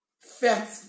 fat